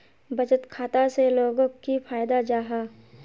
बचत खाता से लोगोक की फायदा जाहा?